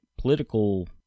political